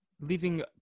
leaving